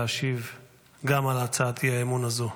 להשיב גם על הצעת האי-אמון הזו,